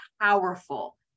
powerful